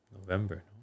November